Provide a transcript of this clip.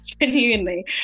genuinely